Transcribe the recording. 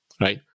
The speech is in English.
right